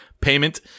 payment